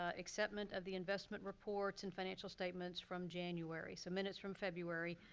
ah acceptment of the investment reports and financial statements from january. so minutes from february,